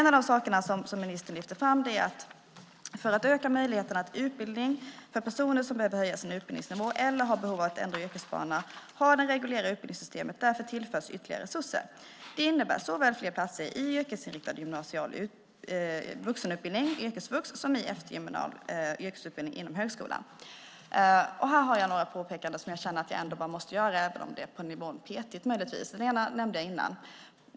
En av de saker som ministern lyfter fram är att för att öka möjligheterna till utbildning för personer som behöver höja sin utbildningsnivå eller har behov av att ändra yrkesbana har det reguljära utbildningssystemet tillförts ytterligare resurser. Det innebär såväl fler platser i yrkesinriktad gymnasial vuxenutbildning, yrkesvux, som i eftergymnasial yrkesutbildning inom högskolan. Här har jag några påpekanden som jag känner att jag bara måste göra även om det möjligtvis är på nivån petigt. Det ena nämnde jag tidigare.